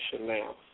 now